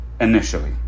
Initially